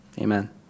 amen